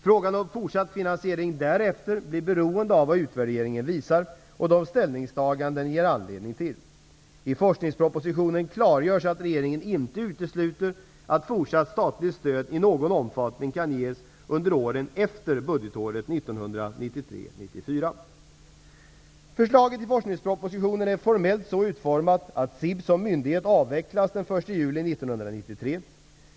Frågan om fortsatt finansiering därefter blir beroende av vad utvärderingen visar och de ställningstaganden den ger anledning till. I forskningspropositionen klargörs att regeringen inte utesluter att fortsatt statligt stöd i någon omfattning kan ges under åren efter budgetåret Förslaget i forskningspropositionen är formellt så utformat att SIB som myndighet avvecklas den 1 juli 1993.